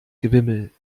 gewimmel